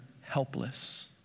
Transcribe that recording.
helpless